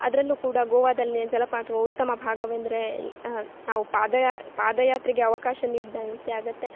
ಅದರಲ್ಲೂ ಕೂಡ ಗೋವಾದಲ್ಲಿಯ ಜಲಪಾತವು ಉತ್ತಮ ಭಾಗವೆಂದರೆ ನಾವು ಪಾದಯಾ ಪಾದಯಾತ್ರೆಗೆ ಅವಕಾಶ ನೀಡಿದಂತೆ ಆಗುತ್ತೆ